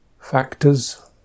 factors